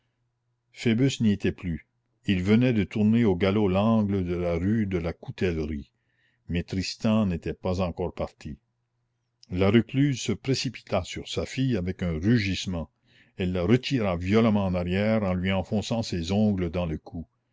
phoebus n'y était plus il venait de tourner au galop l'angle de la rue de la coutellerie mais tristan n'était pas encore parti la recluse se précipita sur sa fille avec un rugissement elle la retira violemment en arrière en lui enfonçant ses ongles dans le cou